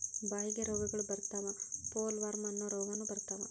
ಬಾಯಿಗೆ ರೋಗಗಳ ಬರತಾವ ಪೋಲವಾರ್ಮ ಅನ್ನು ರೋಗಾನು ಬರತಾವ